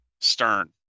Stern